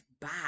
bad